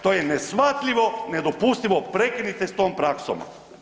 To je neshvatljivo, nedopustivo, prekinite s tom praksom.